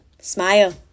smile